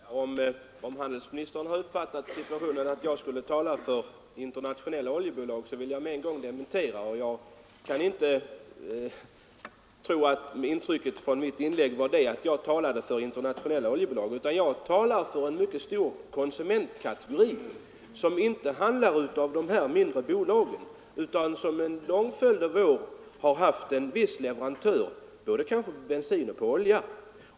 Herr talman! Om handelsministern uppfattat situationen så att jag skulle ha talat för internationella oljebolag, vill jag med en gång dementera detta. Jag kan inte tro att intrycket av mitt inlägg var att jag talade för internationella oljebolag. Jag talar för en mycket stor konsumentkategori, som inte är kunder hos de mindre bolagen utan som under en lång följd av år har haft en viss leverantör, kanske av både bensin och olja.